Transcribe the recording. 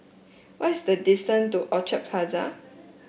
what is the distance to Orchid Plaza